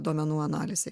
duomenų analizei